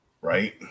Right